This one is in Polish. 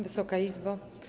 Wysoka Izbo!